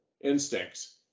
instincts